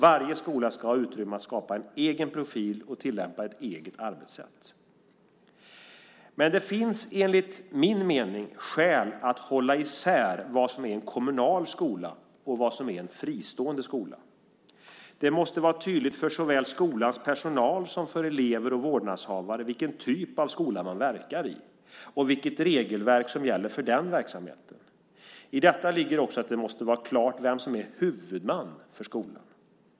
Varje skola ska ha utrymme att skapa en egen profil och tillämpa ett eget arbetssätt. Men det finns enligt min mening skäl att hålla isär vad som är en kommunal skola och vad som är en fristående skola. Det måste vara tydligt för såväl skolans personal som för elever och vårdnadshavare vilken typ av skola man verkar i och vilket regelverk som gäller för verksamheten. I detta ligger också att det måste vara klart vem som är huvudman för skolan.